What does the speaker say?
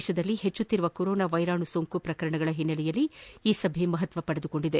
ದೇಶದಲ್ಲಿ ಹೆಚ್ಚುತ್ತಿರುವ corona virus ಪ್ರಕರಣಗಳ ಹಿನ್ನೆಲೆಯಲ್ಲಿ ಈ ಸಭೆ ಮಹತ್ವ ಪಡೆದುಕೊಂಡಿದೆ